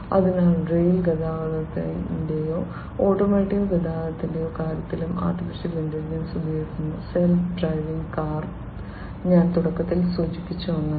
അതിനാൽ റെയിൽ ഗതാഗതത്തിന്റെയോ ഓട്ടോമോട്ടീവ് ഗതാഗതത്തിന്റെയോ കാര്യത്തിലും AI ഉപയോഗിക്കുന്നു സെൽഫ് ഡ്രൈവിംഗ് കാർ ഞാൻ തുടക്കത്തിൽ സൂചിപ്പിച്ച ഒന്നാണ്